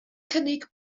cynnig